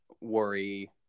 worry